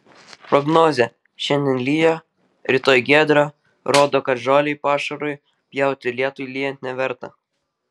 prognozė šiandien lyja rytoj giedra rodo kad žolę pašarui pjauti lietui lyjant neverta